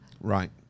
Right